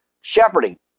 shepherding